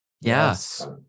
Yes